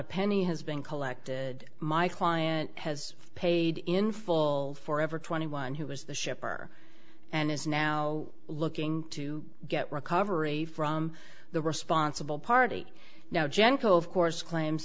a penny has been collected my client has paid in full for over twenty one who was the shipper and is now looking to get recovery from the responsible party now genco of course claims